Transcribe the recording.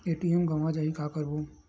ATM गवां जाहि का करबो?